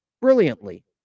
brilliantly